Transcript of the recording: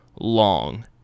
long